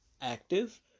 active